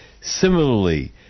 Similarly